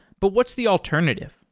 but what's the alternative?